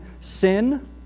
sin